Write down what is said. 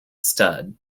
stud